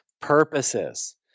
purposes